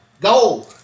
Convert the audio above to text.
Go